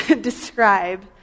describe